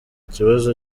ikibazo